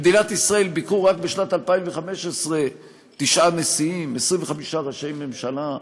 רק בשנת 2015 ביקרו במדינת ישראל תשעה נשיאים ו-25 ראשי ממשלה.